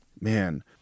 man